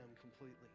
completely